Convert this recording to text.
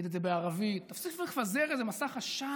תגיד את זה בערבית, תפסיק לפזר איזה מסך עשן: